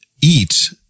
eat